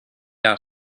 out